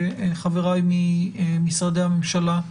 חבריי ממשרדי הממשלה,